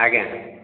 ଆଜ୍ଞା